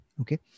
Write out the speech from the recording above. Okay